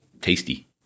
tasty